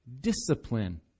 discipline